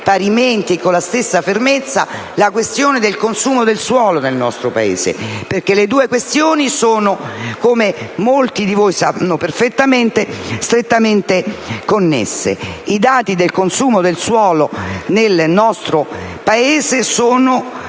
parimenti, con la stessa fermezza, la questione del consumo del suolo nel nostro Paese: le due questioni, infatti, come molti di voi sanno perfettamente, sono strettamente connesse. I dati del consumo del suolo nel nostro Paese sono